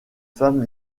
femme